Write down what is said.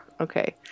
Okay